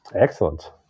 Excellent